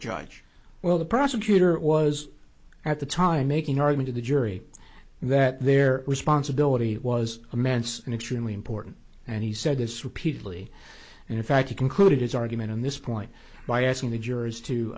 judge well the prosecutor was at the time making are going to the jury and that their responsibility was immense and extremely important and he said this repeatedly and in fact he concluded his argument on this point by asking the jurors to